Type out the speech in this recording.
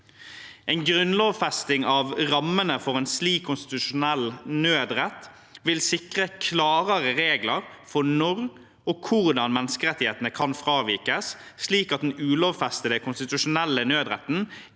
En grunnlovfesting av rammene for en slik konstitusjonell nødrett vil sikre klarere regler for når og hvordan menneskerettighetene kan fravikes, slik at den ulovfestede konstitusjonelle nødretten